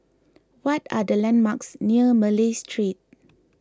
what are the landmarks near Malay Street